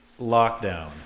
lockdown